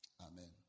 amen